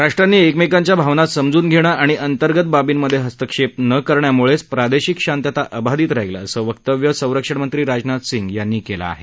राष्ट्रांनी एकमेकांच्या भावना समजून घेणं आणि अंतर्गत बाबींमध्ये हस्तक्षेप नं करण्यामुळेच प्रादेशिक शांतता अबाधित राहील असं वक्तव्य संरक्षण मंत्री राजनाथ सिंग यांनी केलं आहे